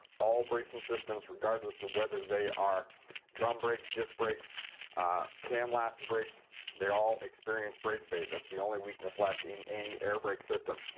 all braking systems, regardless of whether they are drum brakes, disc brakes, or camlaster brakes they all experience brake fade. that's the only weakness left in any airbrake system.